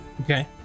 okay